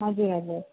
हजुर हजुर